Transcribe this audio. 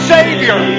Savior